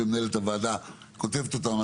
ומנהלת הוועדה כותבת אותם,